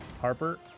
harper